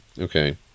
Okay